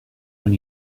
when